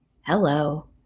Hello